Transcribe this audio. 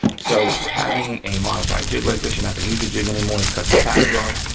so having a modified jig like this, you're not gonna use the jig anymore, you cut the tabs off,